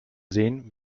sehen